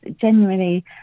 genuinely